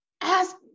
ask